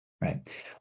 Right